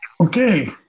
Okay